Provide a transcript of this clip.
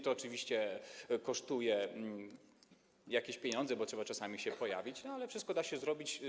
To oczywiście kosztuje jakieś pieniądze, bo trzeba czasami się pojawić, ale wszystko da się zrobić.